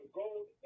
gold